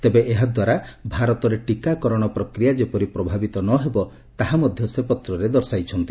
ତେବେ ଏହା ଦ୍ୱାରା ଭାରତରେ ଟୀକାକରଣ ପ୍ରକ୍ରିୟା ଯେପରି ପ୍ରଭାବିତ ନ ହେବ ତାହା ମଧ୍ୟ ପତ୍ରରେ ଦର୍ଶାଇଛନ୍ତି